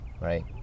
right